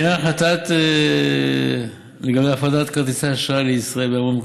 לעניין ההחלטה לגבי הפרדת חברת כרטיסי אשראי לישראל בע"מ,